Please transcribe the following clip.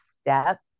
step